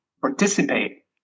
participate